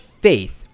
faith